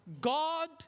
God